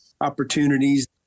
opportunities